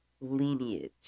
lineage